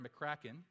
McCracken